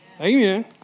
Amen